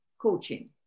coaching